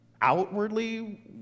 outwardly